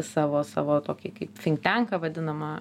savo savo tokį kaip finktenką vadinamą